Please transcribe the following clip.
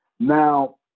Now